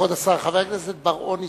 כבוד השר, חבר הכנסת בר-און התאפק,